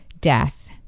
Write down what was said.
death